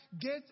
get